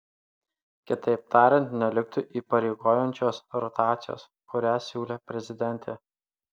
kitaip tariant neliktų įpareigojančios rotacijos kurią siūlė prezidentė